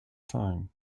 time